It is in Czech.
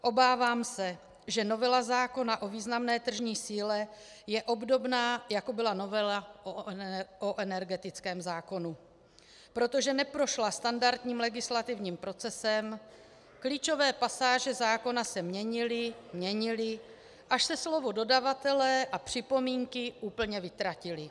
Obávám se, že novela zákona o významné tržní síle je obdobná, jako byla novela o energetickém zákonu, protože neprošla standardním legislativním procesem, klíčové pasáže zákona se měnily, měnily, až se slova dodavatelé a připomínky úplně vytratila.